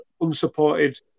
unsupported